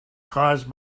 caused